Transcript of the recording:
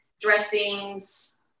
dressings